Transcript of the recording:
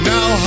Now